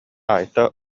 айта